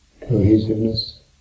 cohesiveness